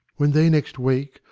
when they next wake,